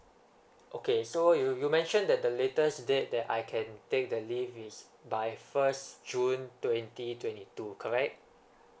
okay so you you mentioned that the latest date that I can take the leave is by first june twenty twenty two correct